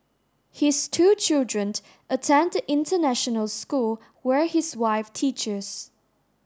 his two children attend the international school where his wife teaches